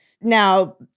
Now